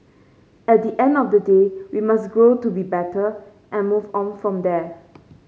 at the end of the day we must grow to be better and move on from there